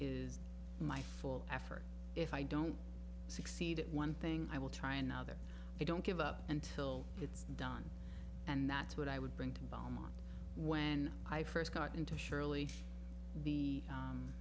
is my full effort if i don't succeed at one thing i will try another i don't give up until it's done and that's what i would bring to belmont when i first got into surely the